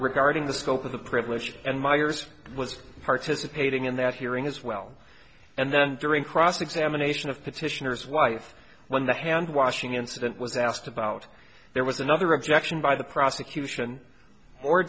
regarding the scope of the privilege and miers was participating in that hearing as well and then during cross examination of petitioners wife when the hand washing incident was asked about there was another objection by the prosecution or